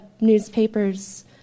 newspaper's